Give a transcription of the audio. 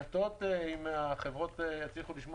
האם החברות יצליחו לשמור